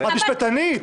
את משפטנית?